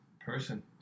person